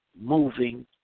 moving